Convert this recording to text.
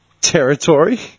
Territory